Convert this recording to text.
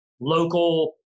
local